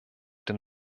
dem